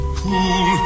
cool